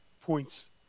points